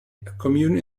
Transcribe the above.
commune